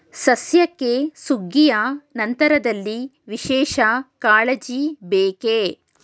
ಸಸ್ಯಕ್ಕೆ ಸುಗ್ಗಿಯ ನಂತರದಲ್ಲಿ ವಿಶೇಷ ಕಾಳಜಿ ಬೇಕೇ?